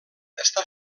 està